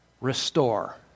restore